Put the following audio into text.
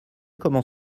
comment